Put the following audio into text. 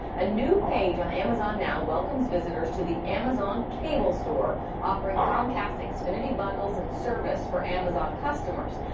a new page on amazon now welcomes visitors to the amazon cable store offering comcast xfinity bundles and service for amazon customers.